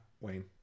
Wayne